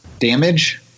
damage